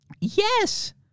Yes